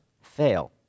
fail